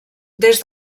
des